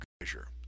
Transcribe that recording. measure